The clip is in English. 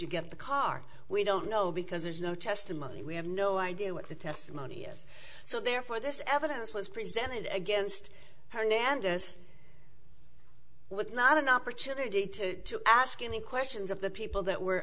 you get the car we don't know because there is no testimony we have no idea what the testimony is so therefore this evidence was presented against hernandez with not an opportunity to ask any questions of the people that were